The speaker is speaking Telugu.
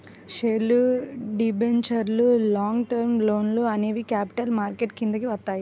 షేర్లు, డిబెంచర్లు, లాంగ్ టర్మ్ లోన్లు అనేవి క్యాపిటల్ మార్కెట్ కిందికి వత్తయ్యి